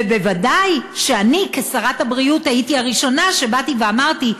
ובוודאי שאני כשרת הבריאות הייתי הראשונה שבאתי אמרתי,